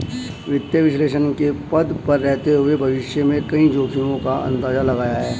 वित्तीय विश्लेषक के पद पर रहते हुए भविष्य में कई जोखिमो का अंदाज़ा लगाया है